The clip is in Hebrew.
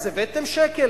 אז הבאתם שקל?